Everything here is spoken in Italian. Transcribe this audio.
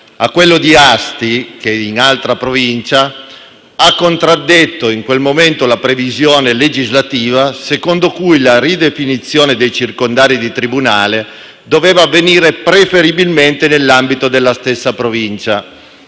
a quello di Asti, che è in altra Provincia, ha contraddetto in quel momento la previsione legislativa secondo cui la ridefinizione dei circondari di tribunale doveva avvenire preferibilmente nell'ambito della stessa Provincia,